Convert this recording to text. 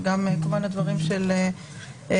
וגם כמובן לדברים של השר.